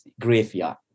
graveyard